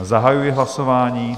Zahajuji hlasování.